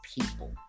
people